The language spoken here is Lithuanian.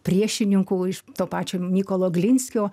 priešininkų iš to pačio mykolo glinskio